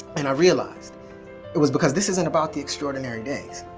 and i realized it was because this isn't about the extraordinary days,